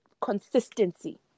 consistency